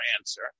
answer